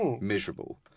miserable